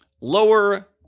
lower